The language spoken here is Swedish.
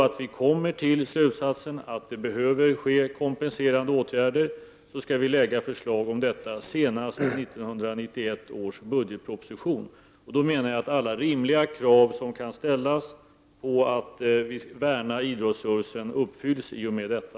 Om vi drar slutsatsen att det behövs kompenserande åtgärder, skall vi lägga fram förslag härom senast i 1991 års budgetproposition. Jag menar att alla rimliga krav som kan ställas när det gäller att värna idrottsrörelsen uppfylls i och med detta.